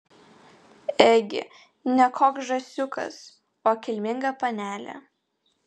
ėgi ne koks žąsiukas o kilminga panelė